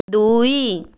ଦୁଇ